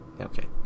okay